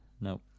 No